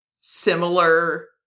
similar